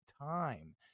time